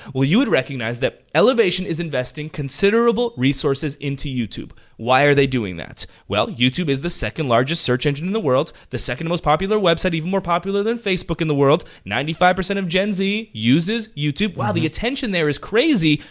well you would recognize that elevation is investing considerable resources into youtube. why are they doing that? well, youtube youtube is the second largest search engine in the world, the second most popular website, even more popular than facebook in the world. ninety five percent of gen z uses youtube. wow. the attention there is crazy,